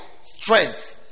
strength